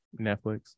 Netflix